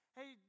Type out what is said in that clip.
hey